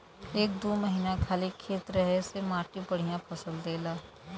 एक दू महीना खाली खेत रहे से मट्टी बढ़िया फसल देला